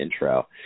intro